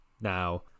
now